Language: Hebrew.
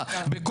לסיום,